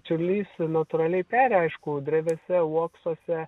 čiurlys natūraliai peri aišku drevėse uoksuose